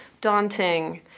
daunting